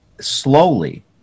slowly